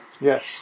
Yes